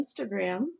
Instagram